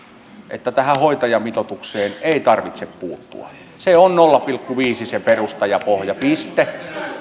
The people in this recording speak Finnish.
että tähän hoitajamitoitukseen ei tarvitse puuttua se on nolla pilkku viisi se perusta ja pohja piste